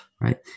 right